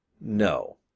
No